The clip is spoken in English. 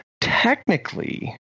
technically